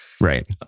Right